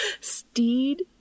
Steed